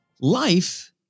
life